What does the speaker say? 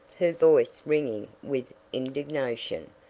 her voice ringing with indignation.